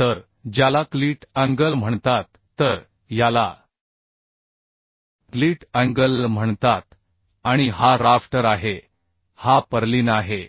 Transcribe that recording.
तर ज्याला cleat angle म्हणतात तर याला क्लीट अँगल म्हणतात आणि हा राफ्टर आहे हा पर्लिन आहे